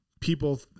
people